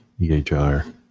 EHR